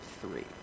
three